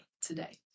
today